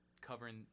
covering